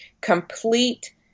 complete